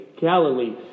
galilee